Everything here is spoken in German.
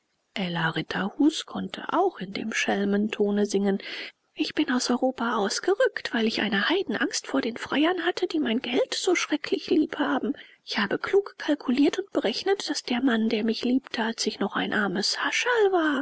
ella ritterhus konnte auch in dem schelmentone singen ich bin aus europa ausgerückt weil ich eine heidenangst vor den freiern hatte die mein geld so schrecklich lieb haben ich habe klug kalkuliert und berechnet daß der mann der mich liebte als ich noch ein armes hascherl war